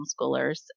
homeschoolers